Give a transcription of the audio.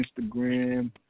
Instagram